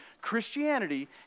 Christianity